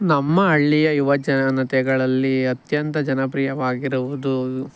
ನಮ್ಮ ಹಳ್ಳಿಯ ಯುವಜನತೆಗಳಲ್ಲಿ ಅತ್ಯಂತ ಜನಪ್ರಿಯವಾಗಿರುವುದು